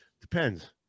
Depends